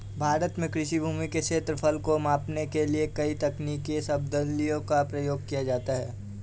भारत में कृषि भूमि के क्षेत्रफल को मापने के लिए कई तकनीकी शब्दावलियों का प्रयोग किया जाता है